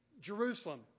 Jerusalem